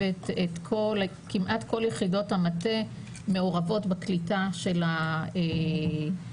כמעט כל יחידות המטה מעורבות בקליטה של האגף.